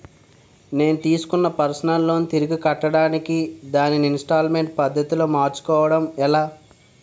నేను తిస్కున్న personal loan తిరిగి కట్టడానికి దానిని ఇంస్తాల్మేంట్ పద్ధతి లో మార్చుకోవడం ఎలా?